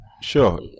Sure